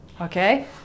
Okay